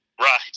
right